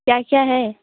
क्या क्या है